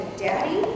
daddy